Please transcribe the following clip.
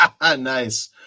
Nice